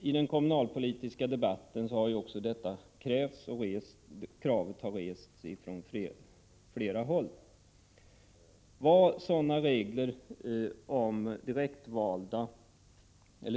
I den kommunalpolitiska debatten har ju också detta krävts från flera håll.